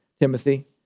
Timothy